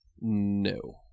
No